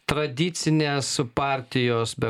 tradicinės partijos be